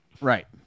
right